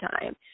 time